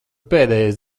pēdējais